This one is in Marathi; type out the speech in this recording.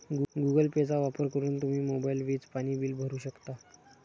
गुगल पेचा वापर करून तुम्ही मोबाईल, वीज, पाणी बिल भरू शकता